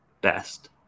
best